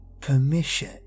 permission